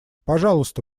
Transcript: пожалуйста